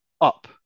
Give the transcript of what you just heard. up